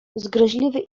zgryźliwy